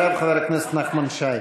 אחריו, חבר הכנסת נחמן שי.